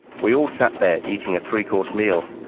we all sat there eating a three-course meal.